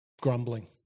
grumbling